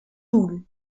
rule